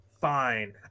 Fine